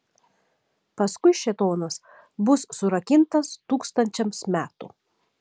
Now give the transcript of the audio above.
paskui šėtonas bus surakintas tūkstančiams metų